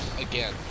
again